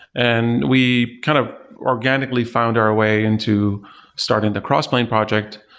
and we kind of organically found our way and to starting the crossplane project,